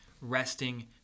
resting